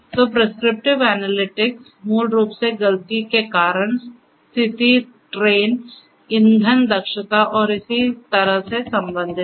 तो prescriptive analytics मूल रूप से गलती के कारण स्थिति ट्रेन ईंधन दक्षता और इसी तरह से संबंधित है